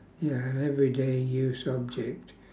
ya an everyday use object